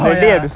oh ya